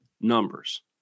numbers